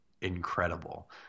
incredible